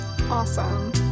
awesome